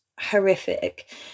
horrific